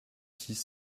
six